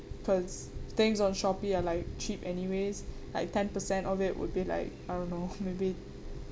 because things on Shopee are like cheap anyways like ten percent of it would be like I don't know maybe